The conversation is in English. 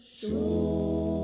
Show